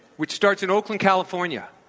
which starts in oakland, california,